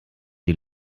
die